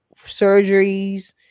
Surgeries